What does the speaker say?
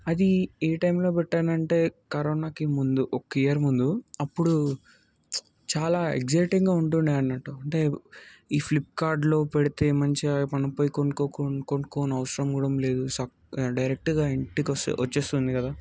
అది ఏ టైంలో పెట్టానంటే కరోనాకి ముందు ఒక ఇయర్ ముందు అప్పుడు చాలా ఎగ్జైటింగ్గా ఉంటుండే అన్నట్టు అంటే ఈ ఫ్లిప్కార్ట్లో పెడితే మంచిగా మనం పోయి కొనుక్కో కొనుక్కోనవసరం కూడా లేదు సక్ డైరెక్ట్గా ఇంటికి వస్తే వచ్చేస్తుంది కదా